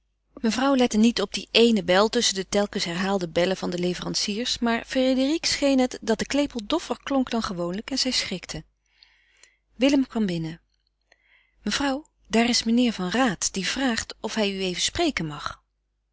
mevrouw lette niet op die éene bel tusschen de telkens herhaalde bellen der leveranciers maar frédérique scheen het dat de klepel doffer klonk dan gewoonlijk en zij schrikte willem kwam binnen mevrouw daar is mijnheer van raat die vraagt of hij u even spreken mag